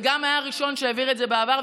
וגם היה הראשון שהעביר את זה בעבר.